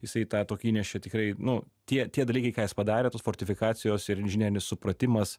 jisai tą tokį įnešė tikrai nu tie tie dalykai ką jis padarė tos fortifikacijos ir inžinerinis supratimas